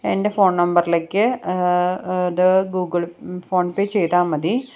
എൻ്റെ ഫോൺ നമ്പറിലേക്ക് അത് ഗൂഗിൾ ഫോൺ പേ ചെയ്താല് മതി